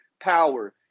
power